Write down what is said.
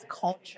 culture